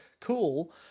cool